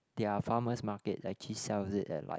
their farmer's market actually sells it at like